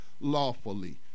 lawfully